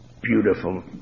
beautiful